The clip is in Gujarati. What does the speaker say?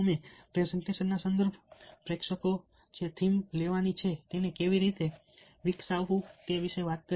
અમે પ્રેઝન્ટેશનના સંદર્ભ પ્રેક્ષકો જે થીમ લેવાનું છે તેને કેવી રીતે વિકસાવવું તે વિશે વાત કરી